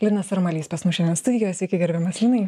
linas armalys pas mus šiandien studijoj sveiki gerbiamas linai